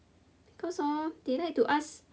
cause hor they like to ask